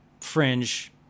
fringe